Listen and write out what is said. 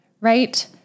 right